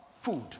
food